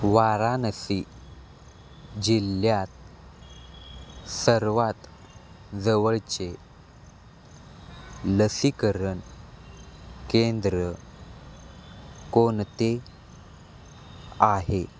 वाराणसी जिल्ह्यात सर्वात जवळचे लसीकरण केंद्र कोणते आहे